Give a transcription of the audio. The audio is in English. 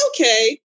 Okay